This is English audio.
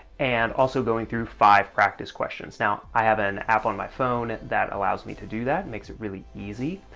and also going through five practice questions. now, i have an app on my phone that allows me to do that, it makes it really easy,